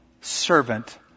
servant